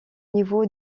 niveau